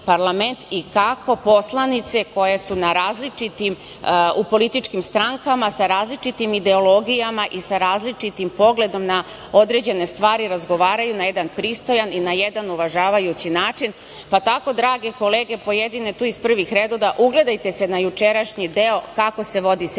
i kako poslanice u različitim političkim strankama, koje su na različitim ideologijama i sa različitim pogledom na određene stvari razgovaraju na jedan pristojan i na jedan uvažavajući način. Drage kolege pojedine, tu iz prvih redova, ugledajte se na jučerašnji deo kako se vodi sednica